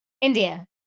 India